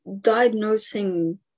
Diagnosing